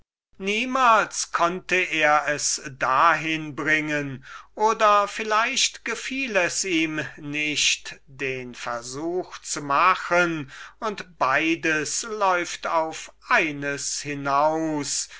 niemals konnte er es dahin bringen oder vielleicht gefiel es ihm nicht den versuch zu machen und beides läuft auf eines hinaus